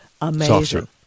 amazing